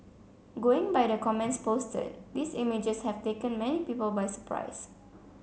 going by the comments posted these images have taken many people by surprise